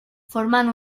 forman